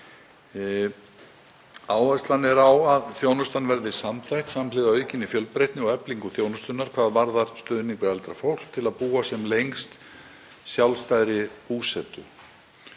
Áhersla er á að þjónustan verði samþætt samhliða aukinni fjölbreytni og eflingu þjónustunnar hvað varðar stuðning við eldra fólk til að búa sem lengst sjálfstæðri búsetu.